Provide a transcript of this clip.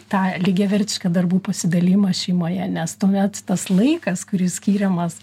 tą lygiavertišką darbų pasidalijimą šeimoje nes tuomet tas laikas kuris skiriamas